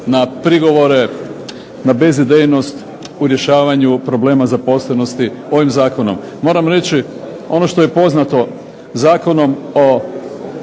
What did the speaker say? na prigovore, na bezidejnost u rješavanju zaposlenosti ovim Zakonom. Moram reći ono što je poznato Zakonom o